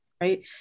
right